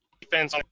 defense